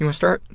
and start?